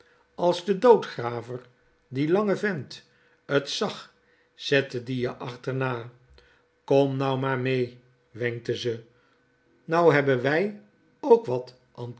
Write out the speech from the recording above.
as de doodgraver die lange vent t zag zette die je achterna kom nou maar mee wenkte ze nou hebbe wij k wat